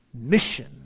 mission